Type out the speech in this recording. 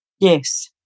Yes